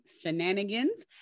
shenanigans